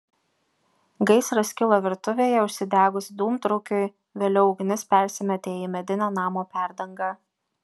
gaisras kilo virtuvėje užsidegus dūmtraukiui vėliau ugnis persimetė į medinę namo perdangą